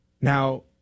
Now